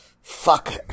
Fuck